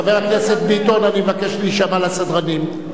חבר הכנסת ביטון, אני מבקש להישמע לסדרנים.